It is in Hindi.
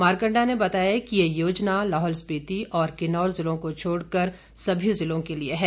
मारकण्डा ने बताया कि यह योजना लाहौल स्पीति और किन्नौर जिलों को छोड़कर सभी जिलों के लिए है